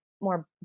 more